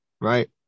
right